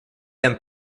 then